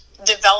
develop